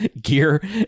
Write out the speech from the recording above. gear